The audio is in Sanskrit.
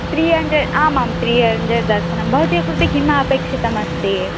त्रि हण्ड्रेड् आमां त्रि हण्ड्रेड् दर्शनं भवत्याः कृते किम् अपेक्षितम् अस्ति